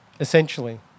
essentially